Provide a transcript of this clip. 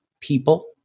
People